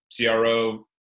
CRO